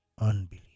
Unbelievable